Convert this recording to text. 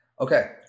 Okay